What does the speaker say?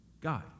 God